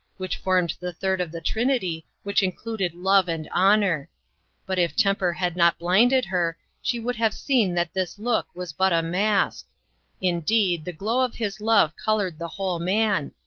which formed the third of the trinity which included love and honour but if temper had not blinded her she would have seen that this look was but a mask indeed the glow of his love coloured the whole man,